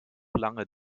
lange